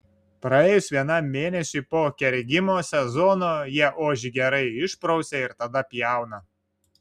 praėjus vienam mėnesiui po kergimo sezono jie ožį gerai išprausia ir tada pjauna